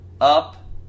up